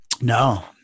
No